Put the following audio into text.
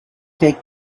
take